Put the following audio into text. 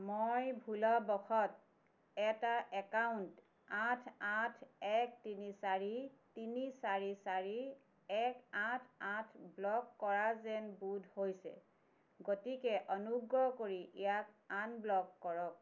মই ভুলবশতঃ এটা একাউণ্ট আঠ আঠ এক তিনি চাৰি তিনি চাৰি চাৰি এক আঠ আঠ ব্লক কৰা যেন বোধ হৈছে গতিকে অনুগ্ৰহ কৰি ইয়াক আনব্লক কৰক